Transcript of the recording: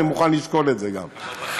אני מוכן לשקול גם את זה.